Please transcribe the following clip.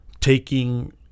taking